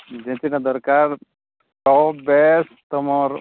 ଯେଉଁ ଦିନ ଦରକାର ସବୁ ତ ବେଶ ତୁମର